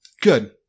good